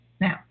Now